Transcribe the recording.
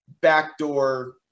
backdoor